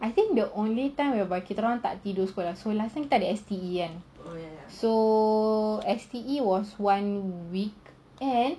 I think the only time whereby kita orang tak tidur sekolah so last time kita ada S_T_E was one week and